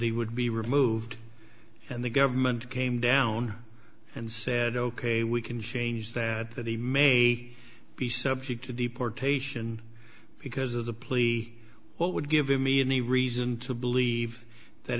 he would be really moved and the government came down and said ok we can change that that he may be subject to deportation because of the plea what would given me any reason to believe that